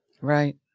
Right